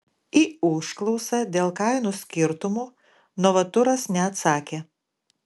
į užklausą dėl kainų skirtumų novaturas neatsakė